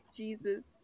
jesus